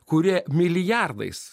kurie milijardais